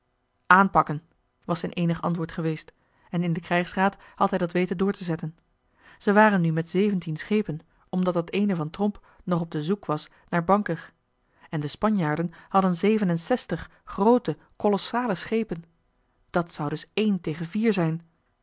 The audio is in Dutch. aanpakken was zijn eenig antwoord geweest en in den krijgsraad had hij dat weten door te zetten zij waren nu met zeventien schepen omdat dat eene van tromp nog op den zoek was naar bancker en de spanjaarden hadden zeven en zestig groote kolossale schepen dat zou dus één tegen vier zijn